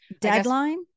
Deadline